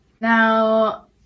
now